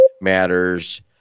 matters